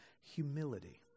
humility